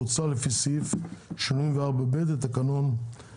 פוצלה לפי סעיף 84(ב) לתקנון.